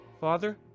father